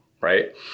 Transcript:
right